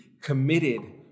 committed